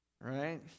right